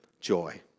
joy